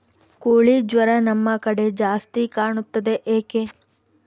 ಕೋಳಿ ಜ್ವರ ನಮ್ಮ ಕಡೆ ಜಾಸ್ತಿ ಕಾಣುತ್ತದೆ ಏಕೆ?